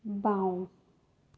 বাওঁ